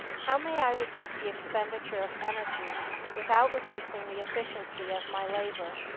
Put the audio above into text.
how may i reduce the expenditure of energy without reducing the efficiency of my labor?